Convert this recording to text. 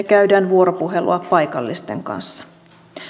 käydään vuoropuhelua paikallisten kanssa